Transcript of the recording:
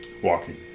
Walking